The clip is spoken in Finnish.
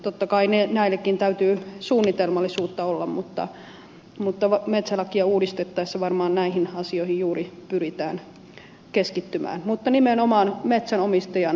totta kai näissäkin täytyy suunnitelmallisuutta olla ja metsälakia uudistettaessa varmaan näihin asioihin juuri pyritään keskittymään mutta nimenomaan metsänomistajan toiveiden mukaisesti